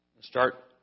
start